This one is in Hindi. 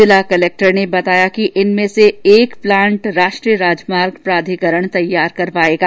जिला कलेक्टर प्रकाश राजपुरोहित ने बताया कि इनमें से एक प्लांट राष्ट्रीय राजमार्ग प्राधिकरण तैयार करवाएगा